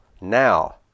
now